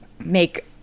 Make